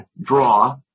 draw